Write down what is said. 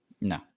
No